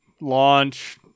launch